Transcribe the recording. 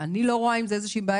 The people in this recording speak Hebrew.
אני לא רואה עם זה איזה בעיה,